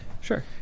Sure